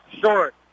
Short